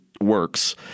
works